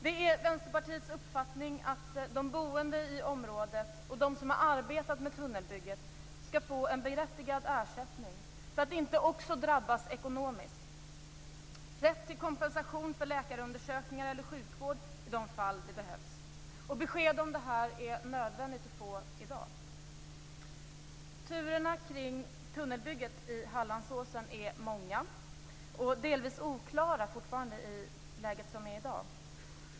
Det är Vänsterpartiets uppfattning att de som bor i området och de som har arbetat med tunnelbygget skall få en berättigad ersättning för att inte också drabbas ekonomiskt. De skall ha rätt till kompensation för läkarundersökningar eller sjukvård i de fall där det behövs. Det är nödvändigt att få besked om detta i dag. Turerna kring tunnelbygget i Hallandsåsen är många och i dagens läge fortfarande delvis oklara.